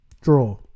Draw